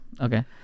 okay